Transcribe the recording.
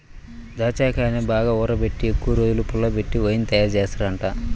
దాచ్చాకాయల్ని బాగా ఊరబెట్టి ఎక్కువరోజులు పుల్లబెట్టి వైన్ తయారుజేత్తారంట